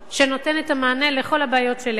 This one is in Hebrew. שנותן את המענה על כל הבעיות שהעליתי כרגע.